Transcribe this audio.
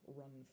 run